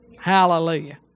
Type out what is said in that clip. Hallelujah